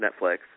Netflix